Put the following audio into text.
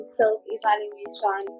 self-evaluation